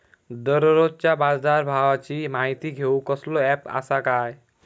दररोजच्या बाजारभावाची माहिती घेऊक कसलो अँप आसा काय?